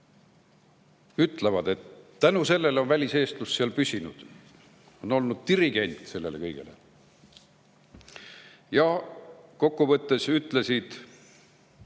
ütlevad, et tänu sellele on väliseestlus seal püsinud, konsulaat on olnud dirigent sellele kõigele. Kokkuvõttes ütlesid